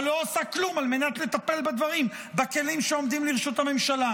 אבל לא עושה כלום על מנת לטפל בדברים בכלים שעומדים לרשות הממשלה.